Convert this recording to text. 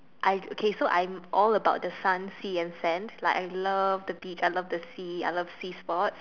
I okay so I'm all about the sun sea and sands like I love the beach I love the sea I love sea sports